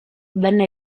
venne